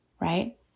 right